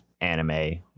anime